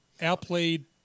outplayed